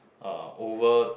uh over